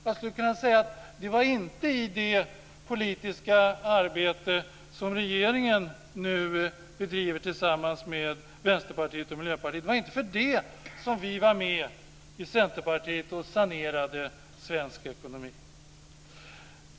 Jag skulle kunna säga att det inte var för det politiska arbete som regeringen nu bedriver tillsammans med Vänsterpartiet och Miljöpartiet som vi i Centerpartiet var med och sanerade svensk ekonomi.